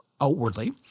Outwardly